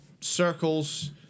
Circles